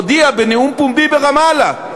הודיע בנאום פומבי ברמאללה,